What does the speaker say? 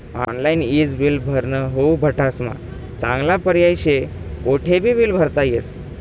online ईज bill भरनं हाऊ बठ्ठास्मा चांगला पर्याय शे, कोठेबी बील भरता येस